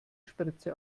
spritze